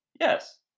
yes